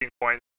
points